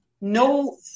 No